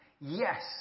Yes